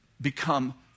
become